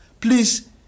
Please